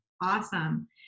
Awesome